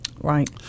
right